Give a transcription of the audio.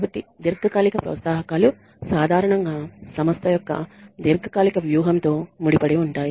కాబట్టి దీర్ఘకాలిక ప్రోత్సాహకాలు సాధారణంగా సంస్థ యొక్క దీర్ఘకాలిక వ్యూహంతో ముడిపడి ఉంటాయి